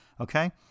Okay